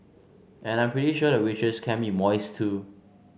and I'm pretty sure the waitress can be moist too